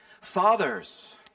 Fathers